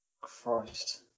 Christ